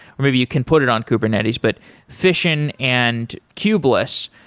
but maybe you can put it on kubernetes, but fission and kubeless,